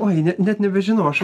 oi ne net nežinau aš